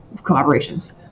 collaborations